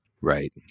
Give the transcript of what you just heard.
Right